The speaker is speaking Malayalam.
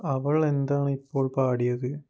അവൾ എന്താണിപ്പോൾ പാടിയത്